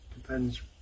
depends